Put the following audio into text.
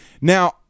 now